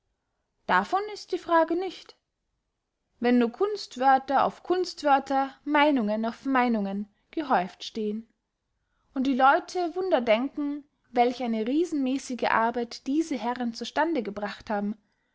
davon ist die frage nicht wenn nur kunstwörter auf kunstwörter meynungen auf meynungen gehäuft stehen und die leute wunder denken welch eine riesenmässige arbeit diese herren zu stande gebracht haben